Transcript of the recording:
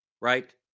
Right